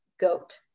goat